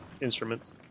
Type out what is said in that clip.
instruments